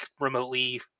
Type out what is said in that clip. remotely